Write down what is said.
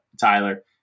Tyler